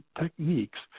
techniques